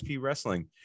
Wrestling